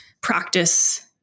practice